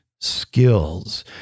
skills